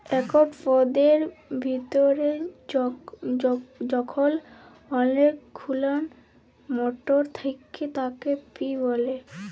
একট পদের ভিতরে যখল অলেক গুলান মটর থ্যাকে তাকে পি ব্যলে